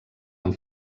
amb